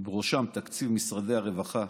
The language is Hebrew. ובראשם תקציב משרדי הרווחה,